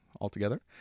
altogether